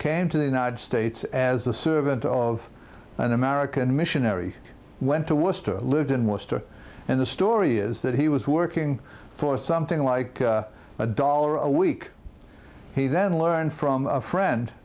came to the united states as the servant of an american missionary went to west lived in worcester and the story is that he was working for something like a dollar a week he then learned from a friend